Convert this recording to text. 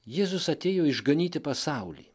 jėzus atėjo išganyti pasaulį